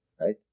Right